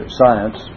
science